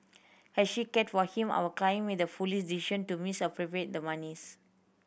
as she cared for him our client made the foolish decision to misappropriate the monies